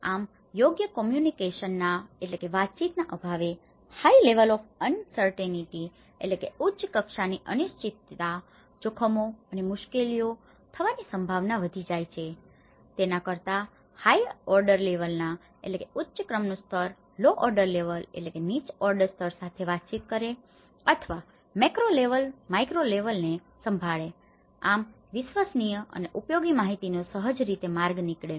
આમ યોગ્ય કોમ્યુનિકેશનના communication વાતચીત અભાવે high level of uncertainty high levels of uncertainty ઉચ્ચ કક્ષાની અનિશ્ચિતતા જોખમો અને મુશ્કેલીઓ થવાની સંભાવના વધી જાય છે તેના કરતાં હાઇર ઓર્ડર લેવલનાhigher order level ઉચ્ચ ક્રમનું સ્તર low order level lower order level નીચલા ઓર્ડર સ્તર સાથે વાતચીત કરે અથવા macro level macro level macro સ્તર માઇક્રો લેવલને micro level માઇક્રો સ્તર સંભાળે આમ વિશ્વસનીય અને ઉપયોગી માહિતીનો સહજ રીતે માર્ગ નીકળી આવે